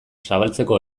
zabaltzeko